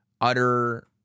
utter